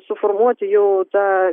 suformuoti jau tą